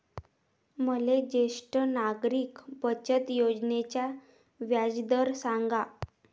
मले ज्येष्ठ नागरिक बचत योजनेचा व्याजदर सांगा